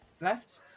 Left